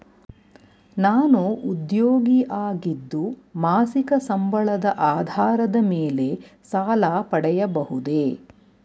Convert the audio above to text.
ನಾನು ಉದ್ಯೋಗಿ ಆಗಿದ್ದು ಮಾಸಿಕ ಸಂಬಳದ ಆಧಾರದ ಮೇಲೆ ಸಾಲ ಪಡೆಯಬಹುದೇ?